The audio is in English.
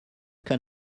can